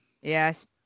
Yes